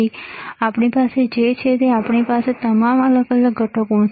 અને આપણી પાસે જે છે તે છે આપણી પાસે તમામ અલગ ઘટકો છે